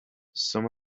some